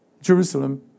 Jerusalem